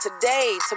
Today